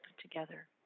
together